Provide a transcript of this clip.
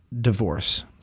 divorce